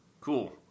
Cool